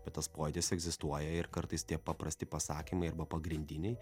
bet tas pojūtis egzistuoja ir kartais tie paprasti pasakymai arba pagrindiniai